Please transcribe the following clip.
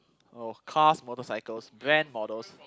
oh cars motorcycles van models